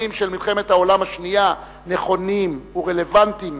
של מלחמת העולם השנייה נכונים ורלוונטיים